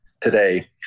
today